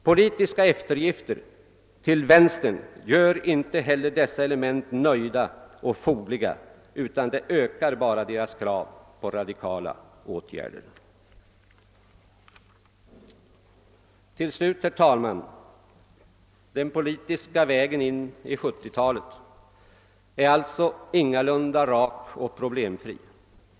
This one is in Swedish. Politiska eftergifter till vänster gör inte heller dessa element nöjda och fogliga, utan det ökar bara deras krav på radikala åtgärder. Till slut, herr talman, vill jag säga att den politiska vägen in i 1970-talet ingalunda är rak och problemfri.